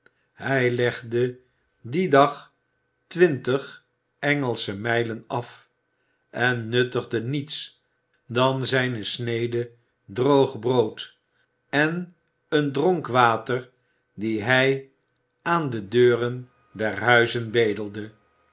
hij legde dien dag twintig engelsche mijlen af en nuttigde niets dan zijne snede droog brood en een dronk water dien hij aan de zijne beenen